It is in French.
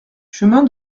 chemin